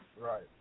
Right